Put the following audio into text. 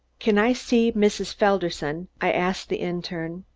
can i see mrs. felderson? i asked the interne.